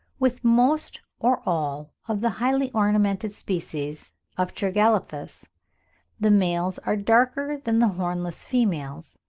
with most or all of the highly-ornamented species of tragelaphus the males are darker than the hornless females,